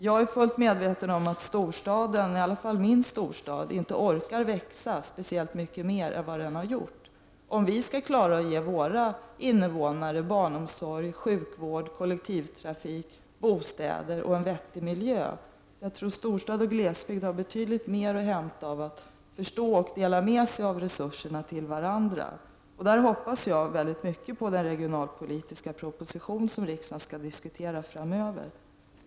Jag är fullt medveten om att storstaden — i varje fall min hemstad — inte orkar växa speciellt mycket mer än vad den har gjort om barnomsorgen, sjukvården, kollektivtrafiken, bostäder och en vettig miljö skall kunna klaras. Jag tror att storstad och glesbygd har betydligt mer att hämta i att förstå och dela med sig av resurserna till varandra. Där hoppas jag mycket på den regionalpolitiska proposition som riksdagen skall diskutera framöver.